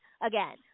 again